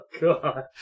God